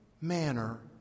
manner